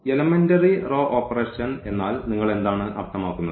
elementary row operation എന്നാൽ നിങ്ങൾ എന്താണ് അർത്ഥമാക്കുന്നത്